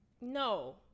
No